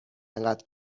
انقدر